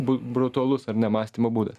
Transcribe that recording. bu brutalus ar ne mąstymo būdas